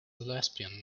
lesbian